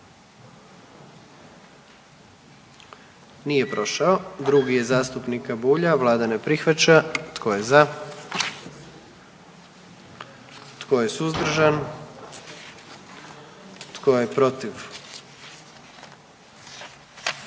dio zakona. 44. Kluba zastupnika SDP-a, vlada ne prihvaća. Tko je za? Tko je suzdržan? Tko je protiv?